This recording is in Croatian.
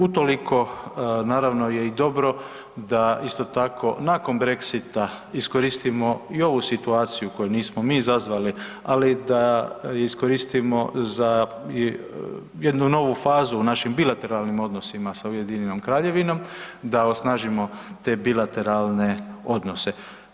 Utoliko je naravno i dobro da isto tako nakon Brexita iskoristimo i ovu situaciju koju nismo mi izazvali, ali da iskoristimo za jednu novu fazu u našim bilateralnim odnosima sa Ujedinjenom Kraljevinom, da osnažimo te bilateralne odnose.